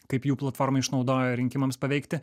kaip jų platformą išnaudojo rinkimams paveikti